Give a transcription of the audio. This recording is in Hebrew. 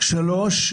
שלוש,